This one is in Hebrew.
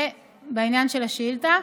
ובעניין של השאילתה,